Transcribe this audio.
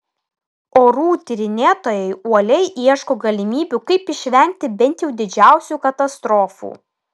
orų tyrinėtojai uoliai ieško galimybių kaip išvengti bent jau didžiausių katastrofų